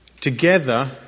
together